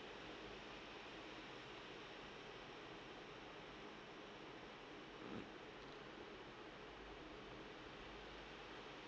mm